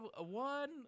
one